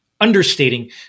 understating